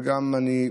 וגם אני,